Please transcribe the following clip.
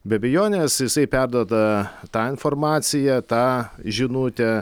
be abejonės jisai perduoda tą informaciją tą žinutę